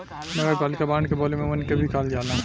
नगरपालिका बांड के बोले में मुनि के भी कहल जाला